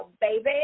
baby